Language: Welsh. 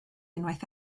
unwaith